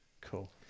Cool